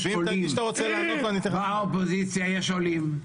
ואם תרגיש שאתה רוצה לענות --- באופוזיציה יש עולים.